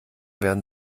werden